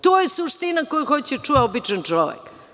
To je suština koju hoće da čuje običan čovek.